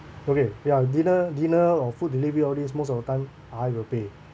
okay ya dinner dinner or food delivery all this most of the time I will pay